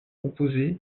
composées